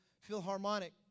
Philharmonic